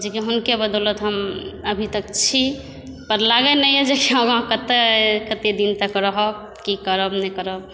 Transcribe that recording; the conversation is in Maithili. जेकि हुनकै बदौलत हम अभी तक छी पर लागै नहि यऽ जे हमरा कतहु तऽ कतेक दिन तक रहब की करब नहि करब